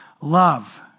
Love